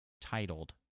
titled